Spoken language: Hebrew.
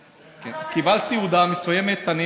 מי אמר לך את זה, מי